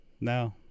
no